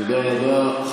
תודה רבה.